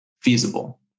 feasible